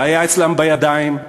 זה היה אצלם בידיים,